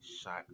shot